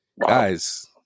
Guys